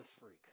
freak